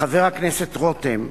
לחבר הכנסת רותם,